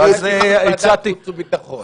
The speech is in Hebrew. --- ועדת חוץ וביטחון.